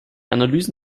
analysen